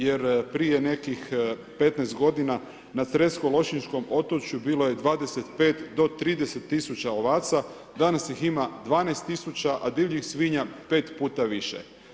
Jer prije nekih 15 g. na cresko lošinjskom otočju, bilo je 25-30 tisuća ovaca danas ih ima 12 tisuća a divljih svinja 5 puta više.